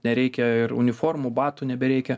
nereikia ir uniformų batų nebereikia